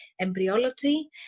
embryology